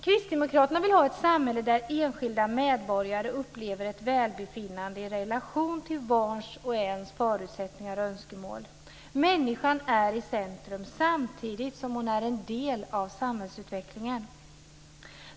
Kristdemokraterna vill ha ett samhälle där enskilda medborgare upplever ett välbefinnande i relation till vars och ens förutsättningar och önskemål. Människan är i centrum samtidigt som hon är en del av samhällsutvecklingen.